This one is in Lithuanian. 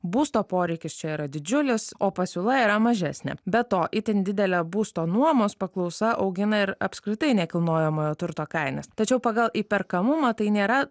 būsto poreikis čia yra didžiulis o pasiūla yra mažesnė be to itin didelė būsto nuomos paklausa augina ir apskritai nekilnojamojo turto kainas tačiau pagal įperkamumą tai nėra